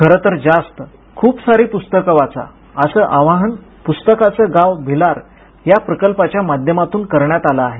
खरंतर जास्त खुप सारी पुस्तकं वाचा असं आवाहन पुस्तकांचं गाव भिलार या प्रकल्पाच्या माध्यमातून करण्यात आलं आहे